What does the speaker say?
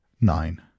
Nine